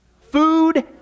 Food